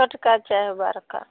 छोटका चाहे बड़का